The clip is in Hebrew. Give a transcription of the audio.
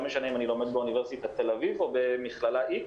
משנה אם אני לומד באוניברסיטת תל אביב או במכללה x